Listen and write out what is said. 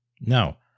Now